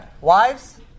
Wives